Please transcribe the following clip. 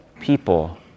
people